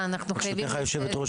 גבירתי היושבת-ראש,